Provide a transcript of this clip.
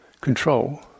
control